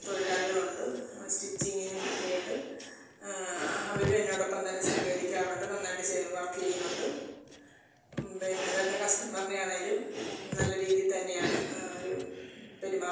തൊഴിലാളികളുണ്ട് സ്റ്റിറ്റിച്ചിങിനും ഒക്കെ ആയിട്ട് അവരും എന്നോടൊപ്പം തന്നെ സഹകരിക്കാറുണ്ട് നന്നായിട്ട് വർക്ക് ചെയ്യുന്നുണ്ട് പിന്നെ വരുന്ന കസ്റ്റമറിനെ ആണെങ്കിലും നല്ല രീതി തന്നെയാണ് അവർ പെരുമാറുന്നത്